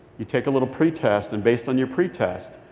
you take a little pretest, and based on your pretest,